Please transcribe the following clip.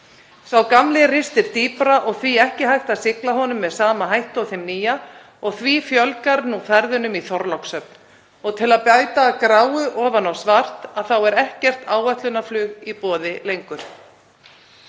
Sá gamli ristir dýpra og því er ekki hægt að sigla honum með sama hætti og þeim nýja og þess vegna fjölgar nú ferðunum í Þorlákshöfn. Og til að bæta gráu ofan á svart er ekkert áætlunarflug í boði lengur.